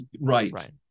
right